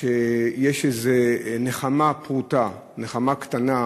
שיש איזו נחמה פורתא, נחמה קטנה,